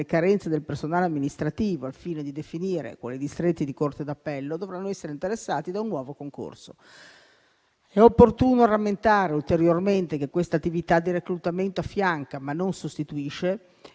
carenze del personale amministrativo, al fine di definire quali distretti di corte d'appello dovranno essere interessati da un nuovo concorso. È opportuno rammentare ulteriormente che quest'attività di reclutamento affianca, ma non sostituisce,